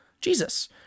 Jesus